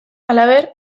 halaber